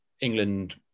England